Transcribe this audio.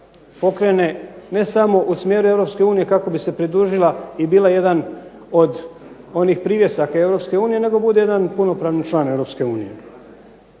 pokrene ne samo u smjeru Europske unije kako bi se pridružila i bila jedan od onih privjesaka Europske unije, nego bude jedan punopravni član